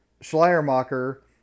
Schleiermacher